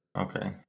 Okay